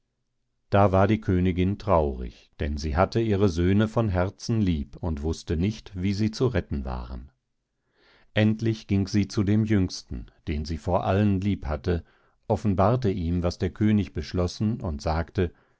da war die königin traurig denn sie hatte ihre söhne von herzen lieb und mußte nicht wie sie zu retten waren endlich ging sie zu dem jüngsten den sie vor allen lieb hatte offenbarte ihm was der könig beschlossen und sagte